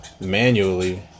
Manually